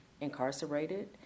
incarcerated